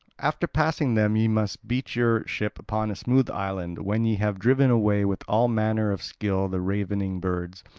after passing them ye must beach your ship upon a smooth island, when ye have driven away with all manner of skill the ravening birds,